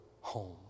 home